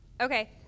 Okay